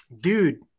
Dude